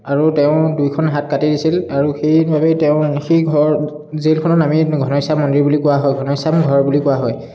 আৰু তেওঁ দুইখন হাত কাটি দিছিল আৰু সেইবাবেই তেওঁ সেই ঘৰ জেলখনৰ নামেই ঘনশ্যাম মন্দিৰ বুলি কোৱা হয় ঘনশ্যাম ঘৰ বুলি কোৱা হয়